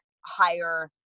higher